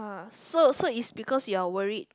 so so it's because you are worried